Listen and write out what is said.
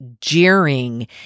jeering